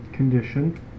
Condition